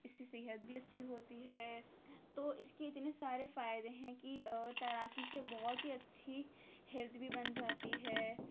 اس سے صحت بھی اچھی ہوتی ہے تو اس کے اتنے سارے فائدے ہیں کہ اور تیراکی سے بہت ہی اچھی ہلیتھ بھی بن جاتی ہے